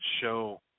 show